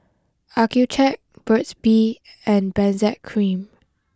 Accucheck Burt's bee and Benzac cream